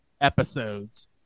episodes